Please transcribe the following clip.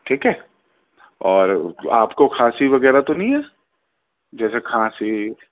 ٹھیک ہے اور آپ کو کھانسی وغیرہ تو نہیں ہے جیسے کھانسی